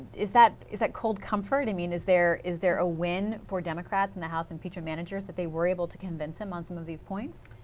is that is that cold comfort? i mean is there is there a win for democrats in the house impeachment managers they were able to convince him on some of these points?